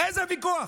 איזה ויכוח?